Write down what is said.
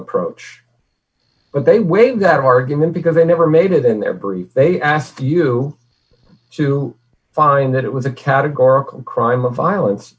approach but they waive that argument because they never made it in their brief they ask you to find that it was a categorical crime of violence